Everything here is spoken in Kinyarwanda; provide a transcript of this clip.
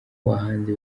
bahanzi